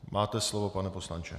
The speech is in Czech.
Máte slovo, pane poslanče.